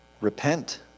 repent